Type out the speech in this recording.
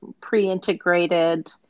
pre-integrated